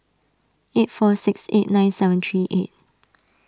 eight four six eight nine seven three eight